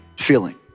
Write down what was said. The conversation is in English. feeling